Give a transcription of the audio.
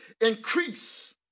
increase